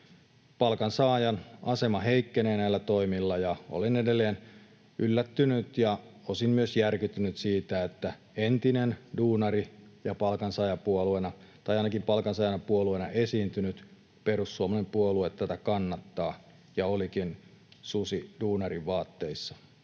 Palkansaajan asema heikkenee näillä toimilla, ja olen edelleen yllättynyt ja osin myös järkyttynyt siitä, että entinen duunari- ja palkansaajapuolue, tai ainakin palkansaajapuolueena esiintynyt perussuomalainen puolue, tätä kannattaa ja olikin susi duunarin vaatteissa.